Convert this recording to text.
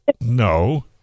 no